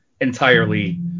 entirely